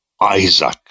Isaac